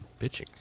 bitching